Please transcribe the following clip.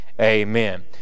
Amen